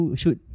shoot